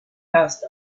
passed